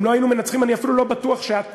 אם לא היינו מנצחים, אני אפילו לא בטוח שאתה